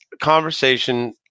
conversation